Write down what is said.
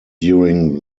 during